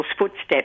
Footsteps